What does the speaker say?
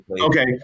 okay